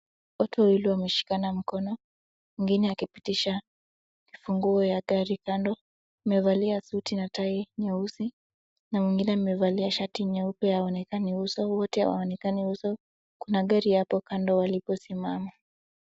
Watu wawili wameshikana mkono .Mwingine akipitisha funguo ya gari kando, amevalia suti na tai nyeusi , na mwingine amevalia shati nyeupe haonekani uso wote hawaonekani uso kuna gari hapo kando waliposimama.